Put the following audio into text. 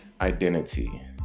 identity